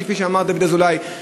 כפי שאמר דוד אזולאי,